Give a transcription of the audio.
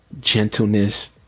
gentleness